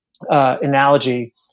analogy